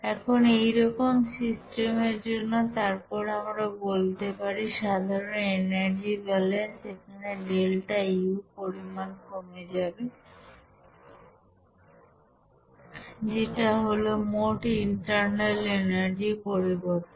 এখন এইরকম সিস্টেমের জন্য তারপর আমরা বলতে পারি সাধারণ এনার্জি ব্যালেন্স এখানে ডেল্টা U পরিমাণ কমে যাবে যেটা হলো মোট ইন্টার্নাল এনার্জির পরিবর্তন